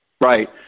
Right